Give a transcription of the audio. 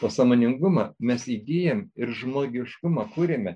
o sąmoningumą mes įgyjam ir žmogiškumą kūriame